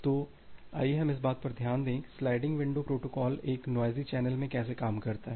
तो आइए हम इस बात पर ध्यान दें कि स्लाइडिंग विंडो प्रोटोकॉल एक नोइज़ी चैनल में कैसे काम करता है